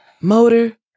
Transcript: Motor